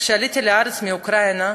כשעליתי לארץ מאוקראינה,